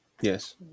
Yes